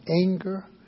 anger